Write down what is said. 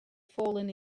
fallen